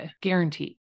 guarantee